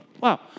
Wow